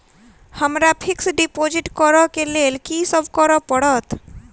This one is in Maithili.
हमरा फिक्स डिपोजिट करऽ केँ लेल की सब करऽ पड़त?